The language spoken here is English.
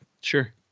sure